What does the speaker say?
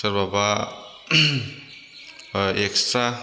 सोरबाबा एक्सट्रा